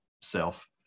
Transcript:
self